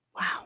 Wow